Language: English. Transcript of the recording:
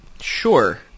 Sure